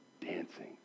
Dancing